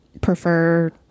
prefer